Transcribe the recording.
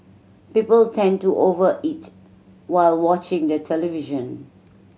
people tend to over eat while watching the television